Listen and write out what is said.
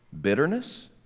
Bitterness